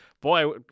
boy